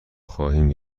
خواهیم